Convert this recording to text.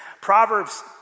Proverbs